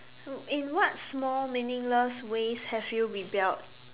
in what small meaningless ways have you rebelled